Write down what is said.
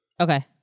Okay